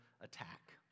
attack